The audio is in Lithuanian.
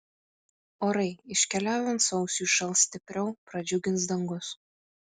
orai iškeliaujant sausiui šals stipriau pradžiugins dangus